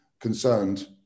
concerned